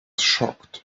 shocked